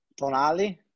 Tonali